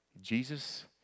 Jesus